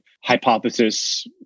hypothesis